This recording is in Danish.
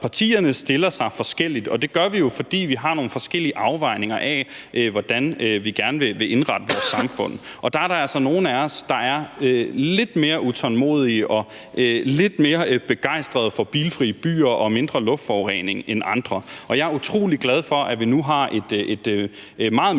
Partierne stiller sig forskelligt, og det gør vi jo, fordi vi har nogle forskellige afvejninger af, hvordan vi gerne vil indrette vores samfund. Der er altså nogle af os, der er lidt mere utålmodige og lidt mere begejstrede for bilfri byer og mindre luftforurening end andre. Og jeg er utrolig glad for, at vi nu har et meget mere